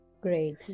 Great